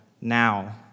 now